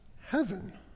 heaven